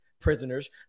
prisoners